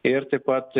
ir taip pat